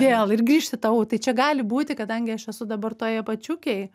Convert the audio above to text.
vėl ir grįžt į tą u tai čia gali būti kadangi aš esu dabar toj apačiukėj